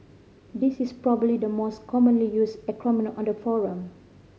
this is probably the most commonly used acronym on the forum